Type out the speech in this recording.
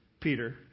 Peter